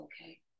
okay